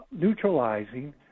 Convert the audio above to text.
neutralizing